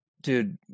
Dude